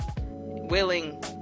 willing